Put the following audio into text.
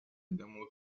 demo